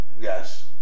Yes